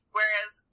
Whereas